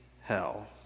hell